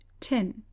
Ten